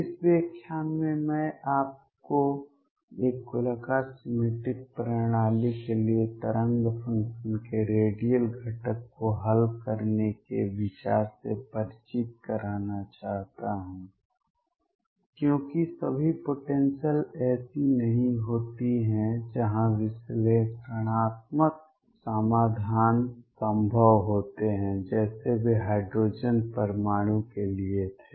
इस व्याख्यान में मैं आपको एक गोलाकार सिमेट्रिक प्रणाली के लिए तरंग फ़ंक्शन के रेडियल घटक को हल करने के विचार से परिचित कराना चाहता हूं क्योंकि सभी पोटेंसियल ऐसी नहीं होती हैं जहां विश्लेषणात्मक समाधान संभव होते हैं जैसे वे हाइड्रोजन परमाणु के लिए थे